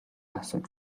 асууж